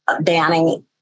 banning